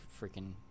freaking